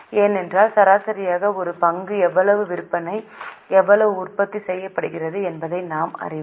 ஏனென்றால் சராசரியாக ஒரு பங்கு எவ்வளவு விற்பனை எவ்வளவு உற்பத்தி செய்யப்படுகிறது என்பதை நாம் அறிவோம்